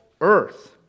earth